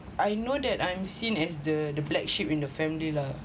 I know that I am seen as the the black sheep in the family lah